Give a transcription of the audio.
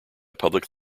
public